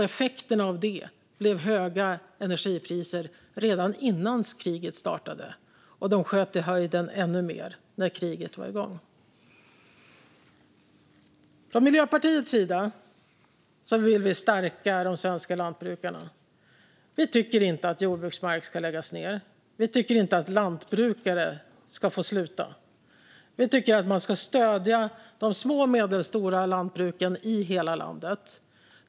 Effekterna av det blev höga energipriser redan innan kriget startade, och de sköt i höjden ännu mer när kriget var igång. Miljöpartiet vill stärka de svenska lantbrukarna. Vi tycker inte att jordbruksmark ska läggas ned. Vi tycker inte att lantbrukare ska få sluta. Vi tycker att man ska stödja de små och medelstora lantbruken i hela landet.